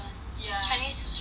chinese show or what